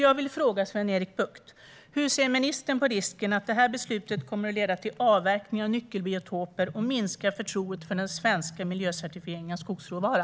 Jag vill därför fråga Sven-Erik Bucht: Hur ser ministern på risken att beslutet kommer att leda till avverkning av nyckelbiotoper och minska förtroendet för den svenska miljöcertifieringen av skogsråvara?